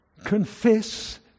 confess